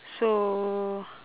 so